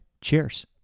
Cheers